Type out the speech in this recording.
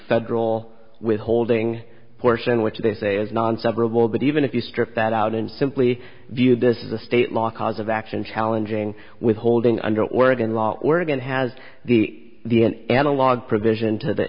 federal withholding portion which they say is non several but even if you strip that out and simply view this is the state law cause of action challenging withholding under oregon law oregon has the the an analog provision to the